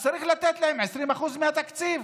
אז צריך לתת להם 20% מהתקציב.